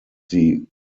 sie